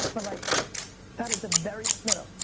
but like that is a very, no,